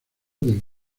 del